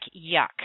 yuck